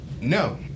No